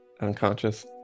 unconscious